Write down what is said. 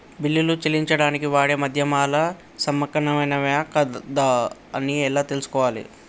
బిల్లులు చెల్లించడానికి వాడే మాధ్యమాలు నమ్మకమైనవేనా కాదా అని ఎలా తెలుసుకోవాలే?